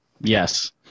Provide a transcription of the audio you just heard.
Yes